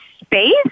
space